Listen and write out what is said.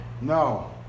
No